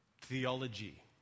theology